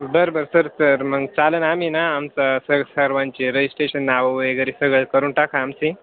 बरं बरं सर तर मग चालेल आम्ही ना आमचं सगळं सर्वांचे रजिस्टेशन नावं वगैरे सगळं करून टाका आमची